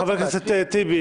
חבר הכנסת טיבי,